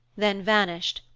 then vanished,